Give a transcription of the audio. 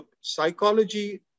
psychology